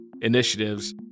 initiatives